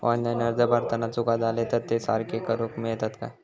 Online अर्ज भरताना चुका जाले तर ते सारके करुक मेळतत काय?